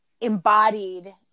embodied